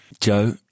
Joe